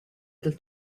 dal